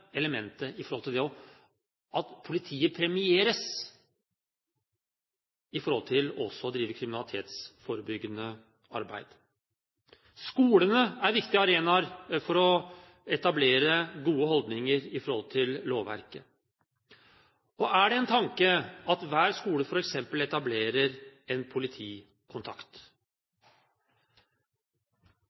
elementet at politiet premieres for også å drive kriminalitetsforebyggende arbeid. Skolene er viktige arenaer for å etablere gode holdninger i forhold til lovverket. Er det en tanke at hver skole f.eks. etablerer en politikontakt?